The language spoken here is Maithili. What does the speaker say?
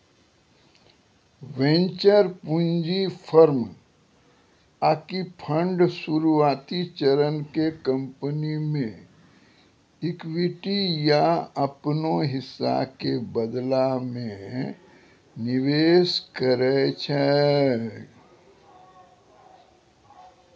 वेंचर पूंजी फर्म आकि फंड शुरुआती चरण के कंपनी मे इक्विटी या अपनो हिस्सा के बदला मे निवेश करै छै